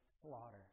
slaughter